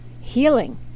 healing